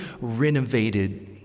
renovated